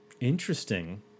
Interesting